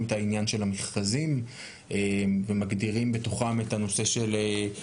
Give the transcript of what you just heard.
את העניין של המכרזים ומגדירים בתוכם את נושא המבנים,